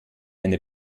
eine